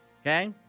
Okay